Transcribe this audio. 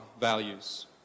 values